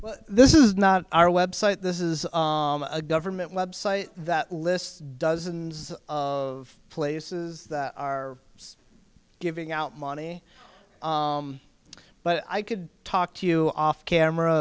and this is not our web site this is a government web site that lists dozens of places that are giving out money but i could talk to you off camera